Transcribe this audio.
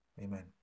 Amen